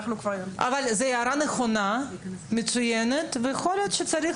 זו הערה נכונה ומצוינת ויכול להיות שצריך